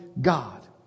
God